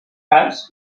cas